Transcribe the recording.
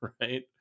right